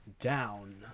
down